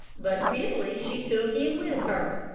but billy she took in with her.